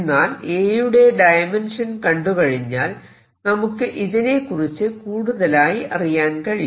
എന്നാൽ A യുടെ dimension കണ്ടുകഴിഞ്ഞാൽ നമുക്ക് ഇതിനെകുറിച്ച് കൂടുതലായി അറിയാൻ കഴിയും